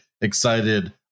excited